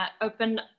open